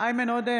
איימן עודה,